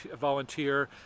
volunteer